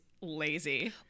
lazy